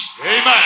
Amen